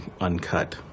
uncut